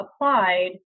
applied